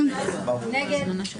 21,121 עד 21,140. מי בעד?